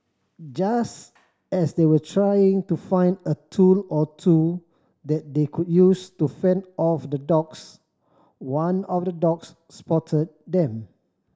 just as they were trying to find a tool or two that they could use to fend off the dogs one of the dogs spotted them